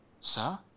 Sir